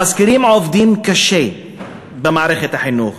המזכירים עובדים קשה במערכת החינוך,